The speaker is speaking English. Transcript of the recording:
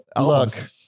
Look